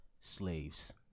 slaves